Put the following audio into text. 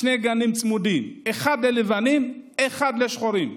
שני גנים צמודים, אחד ללבנים, אחד לשחורים.